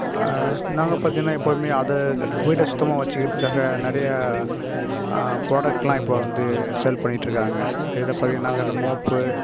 நாங்கள் பார்த்தீங்கன்னா எப்போதுமே அதை வீடை சுத்தமாக வச்சிக்கிறதுக்காக நிறையா ப்ரோடக்ட் எல்லாம் இப்போ வந்து சேல் பண்ணிட்டுருக்காங்க இதை பதி நாங்கள் அந்த மாப்பு